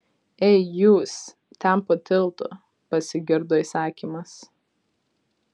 ei jūs ten po tiltu pasigirdo įsakymas